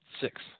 six